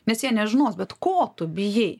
nes jie nežinos bet ko tu bijai